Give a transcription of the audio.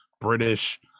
British